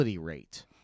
rate